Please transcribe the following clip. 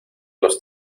los